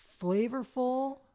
flavorful